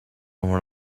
when